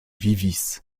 vivis